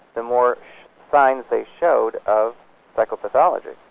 the more signs they showed of psychopathology.